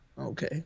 Okay